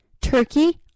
Turkey